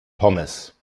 pommes